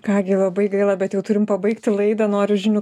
ką gi labai gaila bet jau turim pabaigti laidą noriu žinių